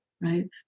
Right